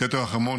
"כתר החרמון",